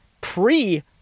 pre-